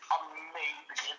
amazing